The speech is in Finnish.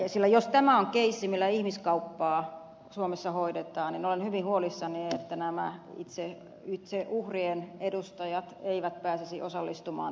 sillä jos tämä on keissi jolla ihmiskauppaa suomessa hoidetaan olen hyvin huolissani siitä että nämä itse uhrien edustajat eivät pääsisi osallistumaan tähän keskusteluun